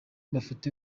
bafite